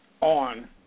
On